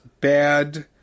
bad